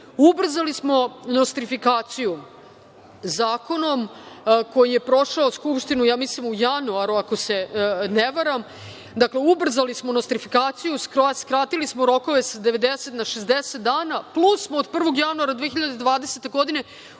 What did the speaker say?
uopšte. Ubrzali smo nostrifikaciju zakonom koji je prošao Skupštinu, ja mislim u januaru, ako se ne varam. Dakle, ubrzali smo nostrifikaciju, skratili smo rokove sa 90 na 60 dana, plus smo od 1. januara 2020. godine, uveli